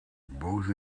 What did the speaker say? both